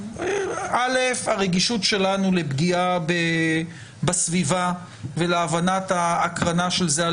הרגישות שלנו לפגיעה בסביבה ולהבנת ההקרנה של זה על